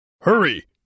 Hurry